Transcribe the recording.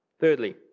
Thirdly